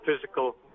physical